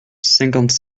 cinquante